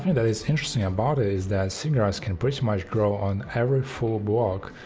and that is interesting about it is that seagrass can pretty much grow on every full block,